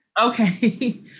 Okay